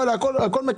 הכול הולך להם.